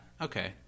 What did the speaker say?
okay